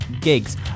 gigs